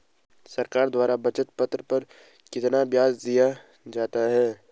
सरकार द्वारा बचत पत्र पर कितना ब्याज दिया जाता है?